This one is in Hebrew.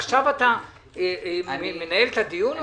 עכשיו אתה מנהל את הדיון הזה?